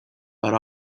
but